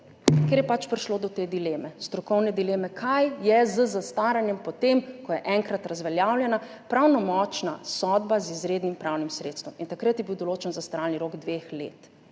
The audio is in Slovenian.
te dileme, strokovne dileme, kaj je z zastaranjem, potem ko je enkrat razveljavljena pravnomočna sodba z izrednim pravnim sredstvom. In takrat je bil določen zastaralni rok dveh let.